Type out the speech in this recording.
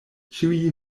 ĉiuj